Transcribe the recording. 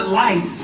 light